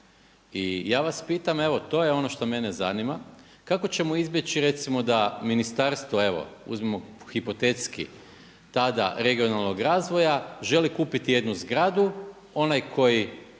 I ja vas pitam evo to je ono što mene zanima, kako ćemo izbjeći recimo da ministarstvo evo uzmimo hipotetski tada regionalnog razvoja želi kupiti jednu zgradu. Onaj koji